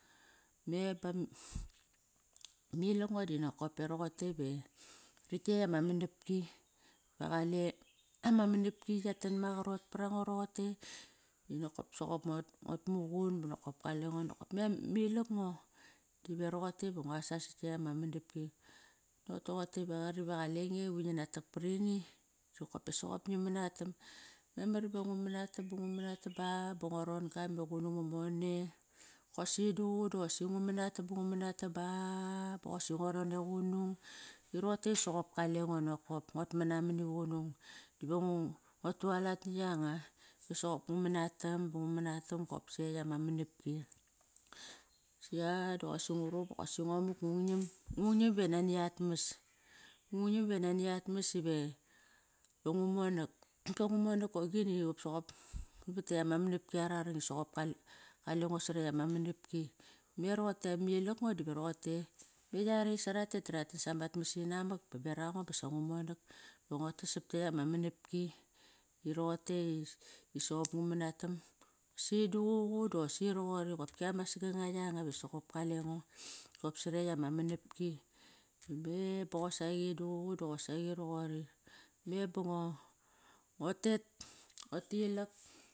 Me ilak ngo dinakope roqote ve rakt ktet ama manapki va qale ama manapki yatan maqarot parango roqotei nokop sop nguat muqun bo nokop kalengo nokop. Me ma ilak ngo dive roqote va ngua sasa kekt ama manapki. va qari va qalenge, quir ngina tak parini nokopasa va soqop ngi manatam, memar va ngu manatam ba ngu manatam ba, ba ngua ron ga me qunung mamone. Kosi duququ doqosi ngu manatam ba ngu manatam ba boqosi ngua ron e qunung i roqotei soqop kalengo nokop. Nguat manam mani qunung diva ngua tualat na yanga. Ba soqop ngu manatam ba ngu manatam qopsai ekt ama manapki. Sia doqosi ngu ruqun dosi ngua muk ngung nam, ngung nam iva nani atmas. Ngung nam iva nani atmas ive ngu monak, va ngu monak gua gini, soqop na kekt ama manapki ara rang, soqop kalengo si ekt ama manapki. Me roqote ma ilak ngo dive roqote, me yare isa ratet ta rat tan samat mas inamak ba beraq ngo basa ngu monak, ba ngo tas sap kiekt ama manapki iroqotei soqop ngu manatam. Si duququ dasi roqori qopki ama saganga yanga va soqop kalengo qop sarekt ama manapki. Me boqosaqi duququ doqosaqi roqori, me bongo ngo tet ngua tilak.